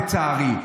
לצערי,